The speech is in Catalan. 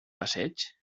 passeig